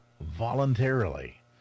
voluntarily